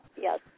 Yes